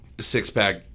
six-pack